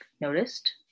noticed